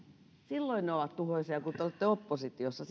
nostot ovat tuhoisia kun te olette oppositiossa